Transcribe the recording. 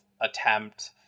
attempt